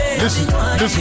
listen